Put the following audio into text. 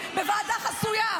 חברת הכנסת טלי גוטליב.